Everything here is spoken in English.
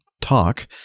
Talk